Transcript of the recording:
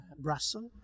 Brussels